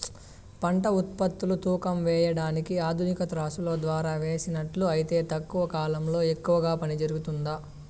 పంట ఉత్పత్తులు తూకం వేయడానికి ఆధునిక త్రాసులో ద్వారా వేసినట్లు అయితే తక్కువ కాలంలో ఎక్కువగా పని జరుగుతుందా?